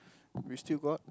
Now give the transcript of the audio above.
we still got